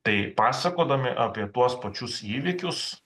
tai pasakodami apie tuos pačius įvykius